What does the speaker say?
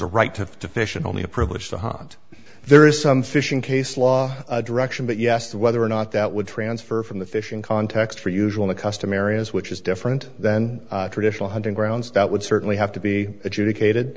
a right to fish and only a privilege to hunt there is some fishing case law direction but yes whether or not that would transfer from the fishing context for usual and customary which is different than traditional hunting grounds that would certainly have to be adjudicated